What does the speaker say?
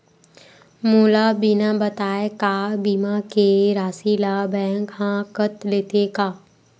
मोला बिना बताय का बीमा के राशि ला बैंक हा कत लेते का?